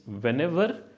whenever